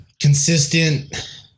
consistent